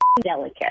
delicate